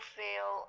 feel